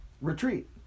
retreat